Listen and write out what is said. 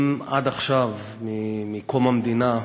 אם עד עכשיו, מקום המדינה,